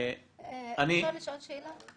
אפשר לשאול שאלה?